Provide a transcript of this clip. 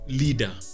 leader